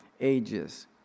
ages